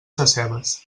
sescebes